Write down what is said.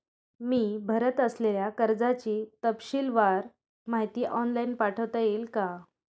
मी भरत असलेल्या कर्जाची तपशीलवार माहिती ऑनलाइन पाठवता येईल का?